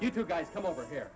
you guys come over here